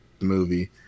movie